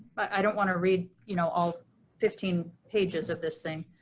i don't wanna read you know all fifteen pages of this thing.